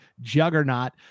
juggernaut